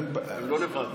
הם לא לבד.